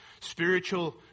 spiritual